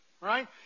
right